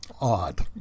Odd